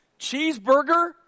Cheeseburger